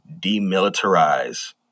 demilitarize